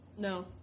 No